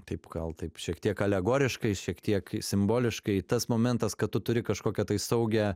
taip gal taip šiek tiek alegoriškai šiek tiek simboliškai tas momentas kad tu turi kažkokią tai saugią